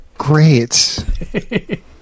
Great